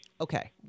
Okay